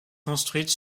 construite